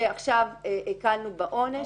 שעכשיו הקלנו בעונש.